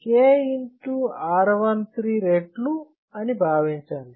R13 రెట్లు అని భావించండి